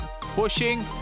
pushing